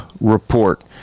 Report